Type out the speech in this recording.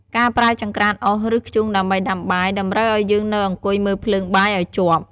ការប្រើចង្រ្កានអុស ឬ ធ្យូងដើម្បីដាំបាយ តម្រូវឱ្យយើងនៅអង្គុយមើលភ្លើងបាយឱ្យជាប់។